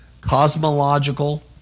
cosmological